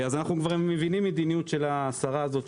אז אנחנו כבר מבינים מה המדיניות של השרה הזאת,